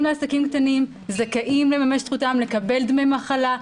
בעסקים קטנים זכאים לממש את זכותם לקבל דמי מחלה,